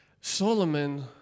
Solomon